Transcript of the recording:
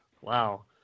Wow